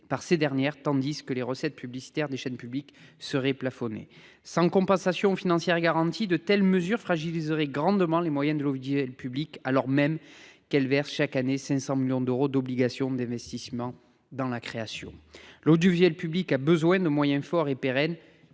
par ces dernières, tandis que les recettes publicitaires des chaînes publiques seraient plafonnées. Sans compensation financière garantie, de telles mesures fragiliseraient grandement les moyens de l'audiovisuel public, alors même que celui-ci a pour obligation de verser, chaque année, 500 millions d'euros d'investissements dans la création. L'audiovisuel public a besoin non pas d'une